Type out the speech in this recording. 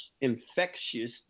infectious